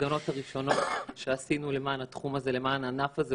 וההפגנות הראשונות שעשינו למען התחום והענף הזה,